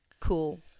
cool